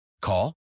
Call